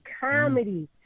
comedy